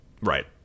Right